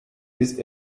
ist